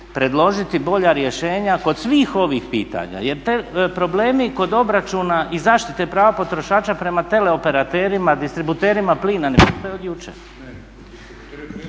predložiti bolja rješenja kod svih ovih pitanja jer problemi kod obračuna i zaštite prava potrošača prema teleoperaterima, distributerima plina ne traje od jučer.